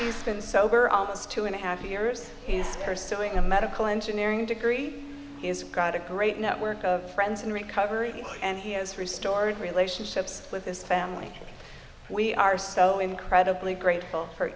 yous been sober almost two and a half years is pursuing a medical engineering degree is got a great network of friends in recovery and he has restored relationships with this family we are so incredibly grateful for